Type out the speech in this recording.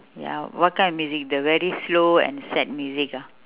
ya what kind of music the very slow and sad music ah